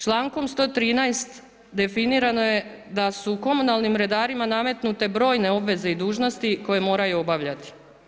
Člankom 113. definirano je da su komunalnim redarima nametnute brojne obveze i dužnosti koje moraju obavljati.